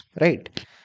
right